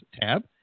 tab